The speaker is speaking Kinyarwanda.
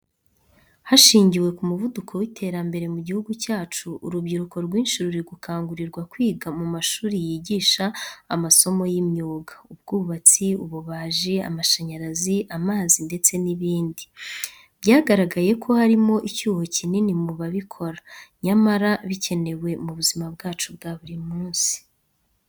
Hashingiwe ku muvuduko w’iterambere mu gihugu cyacu, urubyiruko rwinshi ruri gukangurirwa kwiga mu mashuri yigisha amasomo y’imyuga, ubwubatsi, ububaji, amashanyarazi, amazi ndetse n’ibindi. Byagaragaye ko harimo icyuho kinini mu babikora, nyamara bikenewe mu buzima bwacu bwa buri munsi.